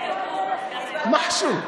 משהו,